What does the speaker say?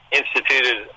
instituted